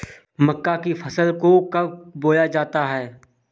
मक्का की फसल को कब बोया जाता है?